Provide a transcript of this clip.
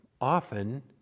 often